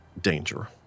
danger